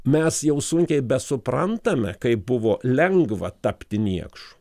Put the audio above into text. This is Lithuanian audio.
mes jau sunkiai besuprantame kaip buvo lengva tapti niekšu